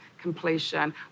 completion